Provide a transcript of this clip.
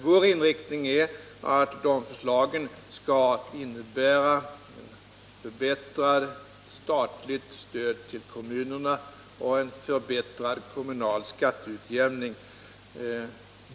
Vår inriktning är att förslagen skall innebära en förbättring av det statliga stödet till kommunerna och en förbättring av den kommunala skatteutjämningen.